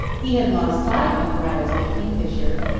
he had lost sight of rattles the kingfisher,